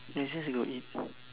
let's just go eat